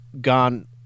gone